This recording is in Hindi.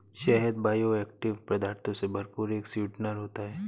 शहद बायोएक्टिव पदार्थों से भरपूर एक स्वीटनर होता है